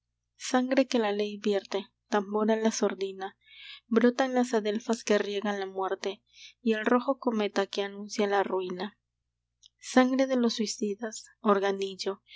sangre que la ley vierte tambor a la sordina brotan las adelfas que riega la muerte y el rojo cometa que anuncia la ruina sangre de los suicidas organillo